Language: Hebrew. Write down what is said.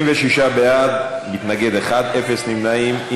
26 בעד, מתנגד אחד, אין נמנעים.